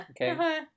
Okay